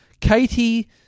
Katie